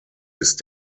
ist